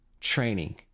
training